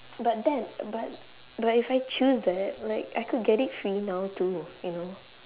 but then but but if I choose that like I could get it free now too you know